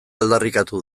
aldarrikatu